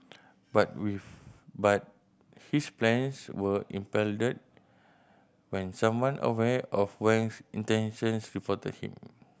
but with but his plans were impeded when someone aware of Wang intentions reported him